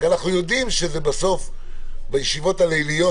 רק אנחנו יודעים שבסוף בישיבות הליליות